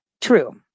True